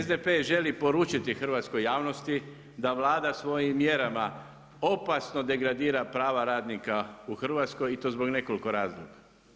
SDP želi poručiti hrvatskoj javnosti da Vlada svojim mjerama opasno degradira prava radnika u Hrvatskoj i to zbog nekoliko razloga.